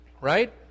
Right